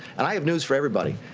and i have news for everybody,